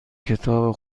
کتاب